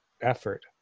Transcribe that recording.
effort